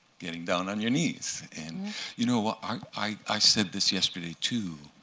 getting down on your knees. and you know ah i said this yesterday, too.